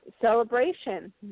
Celebration